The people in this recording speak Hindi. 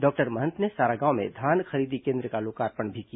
डॉक्टर महंत ने सारागांव में धान खरीदी केन्द्र का लोकार्पण भी किया